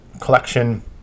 collection